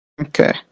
Okay